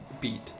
beat